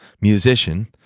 musician